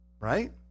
Right